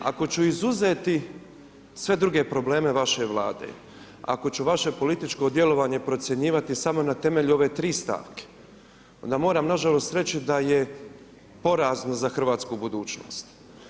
Ako ću izuzeti sve druge probleme vaše Vlade, ako ću vaše političko djelovanje procjenjivati samo na temelju ove 3 stavke, onda moram, nažalost, reći da je porazno za hrvatsku budućnost.